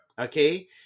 Okay